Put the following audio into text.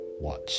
watch